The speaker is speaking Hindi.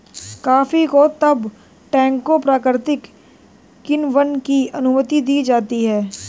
कॉफी को तब टैंकों प्राकृतिक किण्वन की अनुमति दी जाती है